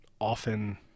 often